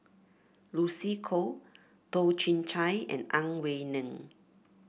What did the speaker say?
Lucy Koh Toh Chin Chye and Ang Wei Neng